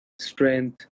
strength